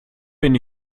bin